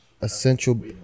essential